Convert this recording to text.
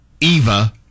Eva